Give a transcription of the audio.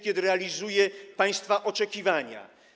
kiedy realizuje państwa oczekiwania.